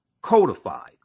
codified